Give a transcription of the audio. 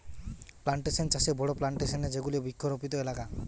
plantation চাষে বড়ো plantation এ যেগুলি বৃক্ষরোপিত এলাকা